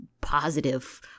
positive